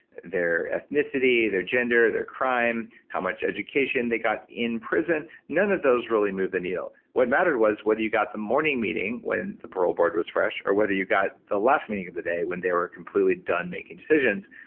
their ethnicity, their gender, their crime, how much education they got in prison? none of those really move the needle. what mattered was whether you got the morning meeting when the parole board was fresh or whether you got the last meeting of the day when they were completely done making decisions.